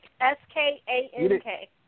S-K-A-N-K